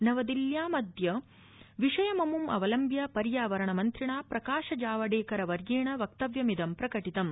नवदिल्यामद्य विषयमम् अवलम्ब्य पर्यावरणमन्त्रिणा प्रकाश जावडेकर वर्येण वक्तव्यमिदं प्रकटितम्